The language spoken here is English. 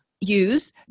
use